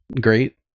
great